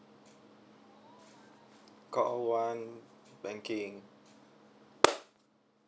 call one banking